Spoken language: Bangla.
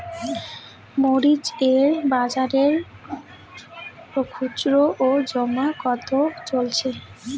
মরিচ এর বাজার খুচরো ও জমা কত চলছে?